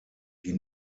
die